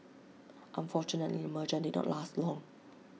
unfortunately the merger did not last long